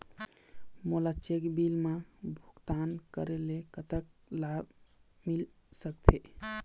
मोला check bill मा भुगतान करेले कतक लाभ मिल सकथे?